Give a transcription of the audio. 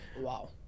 wow